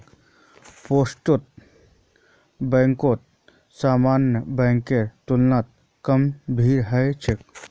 postal बैंकत सामान्य बैंकेर तुलना कम भीड़ ह छेक